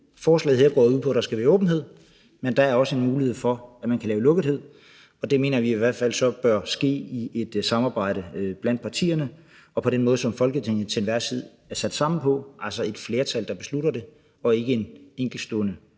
Forslaget her går jo ud på, at der skal være åbenhed, men der er også en mulighed for, at man kan lave lukkethed, og det mener vi i hvert fald så bør ske i et samarbejde blandt partierne og på den måde, som Folketinget til enhver tid er sat sammen på – altså et flertal, der beslutter det, og ikke en enkeltstående